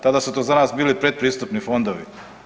Tada su to za nas bili predpristupni fondovi.